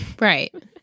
Right